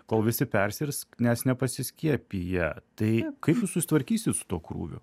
kol visi persirgs nes nepasiskiepiję tai kaip jūs susitvarkysit su tuo krūviu